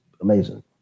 amazing